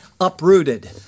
uprooted